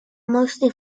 mostly